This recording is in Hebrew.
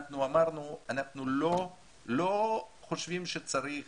אנחנו אמרנו שאנחנו לא חושבים שצריך